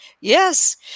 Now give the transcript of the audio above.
Yes